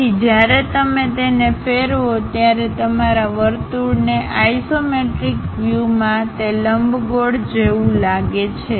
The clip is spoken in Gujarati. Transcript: તેથી જ્યારે તમે તેને ફેરવો ત્યારે તમારા વર્તુળને આઇસોમેટ્રિક વ્યૂ માં તે લંબગોળ જેવું લાગે છે